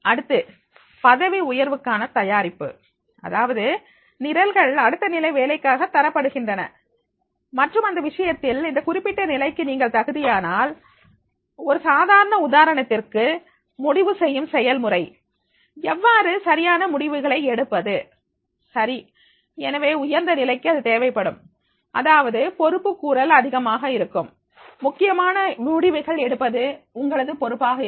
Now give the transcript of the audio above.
அடுத்து பதவி உயர்வுக்கான தயாரிப்பு அதாவது நிரல்கள் அடுத்த நிலை வேலைக்காக தரப்படுகின்றன மற்றும் இந்த விஷயத்தில் அந்த குறிப்பிட்ட நிலைக்கு நீங்கள் தகுதியானால் ஒரு சாதாரண உதாரணத்திற்கு முடிவு செய்யும் செயல்முறை எவ்வாறு சரியான முடிவுகளை எடுப்பது சரி எனவே உயர்ந்த நிலைக்கு அது தேவைப்படும் அதாவது பொறுப்புக்கூறல் அதிகமாக இருக்கும் முக்கியமான முடிவுகள் எடுப்பது உங்களது பொறுப்பாக இருக்கும்